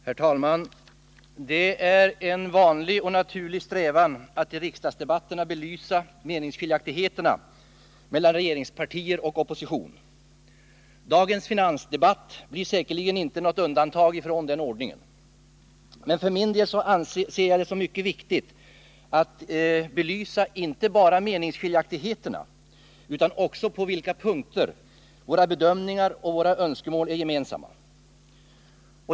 Herr talman! Det är en vanlig och naturlig strävan att i riksdagsdebatterna belysa meningsskiljaktigheterna mellan regeringspartier och opposition. Dagens finansdebatt blir säkerligen inte något undantag från den ordningen. För min del ser jag det som mycket viktigt att belysa inte bara meningsskiljaktigheterna utan också de punkter på vilka våra bedömningar och våra önskemål är gemensamma.